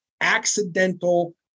accidental